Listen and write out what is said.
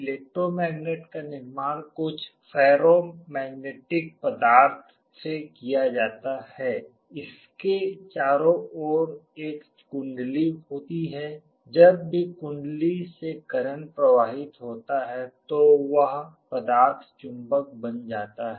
electromagnet का निर्माण कुछ फेरोमैग्नेटिक पदार्थ से किया जाता है जिसके चारों ओर एक कुंडली होता है जब भी कुंडली से करंट प्रवाहित होता है तो वह पदार्थ चुंबक बन जाता है